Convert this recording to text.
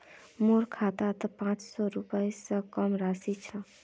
मोर खातात त पांच सौ रुपए स कम राशि छ